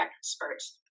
experts